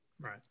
right